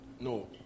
No